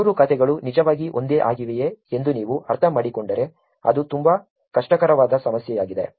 ಈ ಮೂರು ಖಾತೆಗಳು ನಿಜವಾಗಿ ಒಂದೇ ಆಗಿವೆಯೇ ಎಂದು ನೀವು ಅರ್ಥಮಾಡಿಕೊಂಡರೆ ಅದು ತುಂಬಾ ಕಷ್ಟಕರವಾದ ಸಮಸ್ಯೆಯಾಗಿದೆ